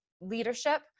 leadership